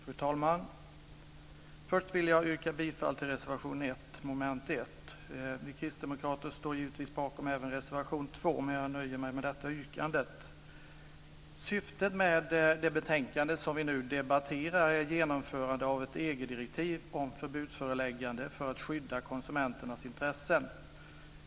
Fru talman! Först yrkar jag bifall till reservation 1 under mom. 1. Vi kristdemokrater står givetvis även bakom reservation 2, men jag nöjer mig med detta yrkande. Syftet med det betänkande som vi nu debatterar är genomförande av ett EG-direktiv om förbudsföreläggande för att skydda konsumenternas intressen.